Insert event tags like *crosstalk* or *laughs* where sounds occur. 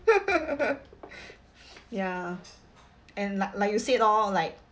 *laughs* *noise* ya *noise* and like like you said lor like